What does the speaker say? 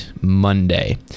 Monday